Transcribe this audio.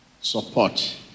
support